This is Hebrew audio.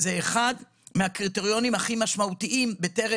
זה אחד מהקריטריונים הכי משמעותיים בטרם